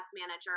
manager